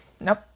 Nope